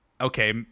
okay